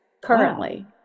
currently